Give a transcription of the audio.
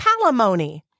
Palimony